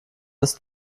ist